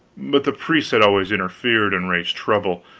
but the priests had always interfered and raised trouble.